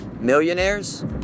Millionaires